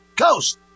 Coast